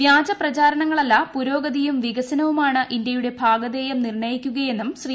വ്യാജ പ്രചരണങ്ങളല്ല പുരോഗതിയും വികസനവുമാണ് ഇന്ത്യയുടെ ഭാഗധേയം നിർണ്ണയിക്കുകയെന്നും ശ്രീ